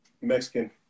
Mexican